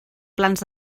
plans